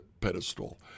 pedestal